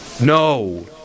No